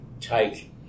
take